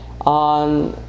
on